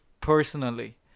personally